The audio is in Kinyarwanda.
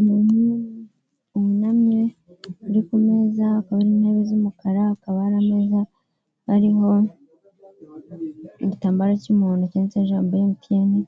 Umuntu wunamye, uri ku meza, hakaba hari intebe z'umukara, hakaba hari ameza ariho igitambaro cy'umuhondo, cyanditseho emutiyeni,